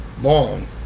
long